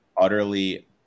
utterly